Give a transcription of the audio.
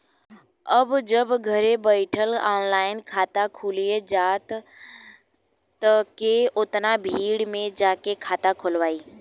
अब जब घरे बइठल ऑनलाइन खाता खुलिये जाता त के ओतना भीड़ में जाके खाता खोलवाइ